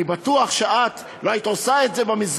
אני בטוח שאת לא היית עושה את זה במסגד.